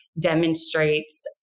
demonstrates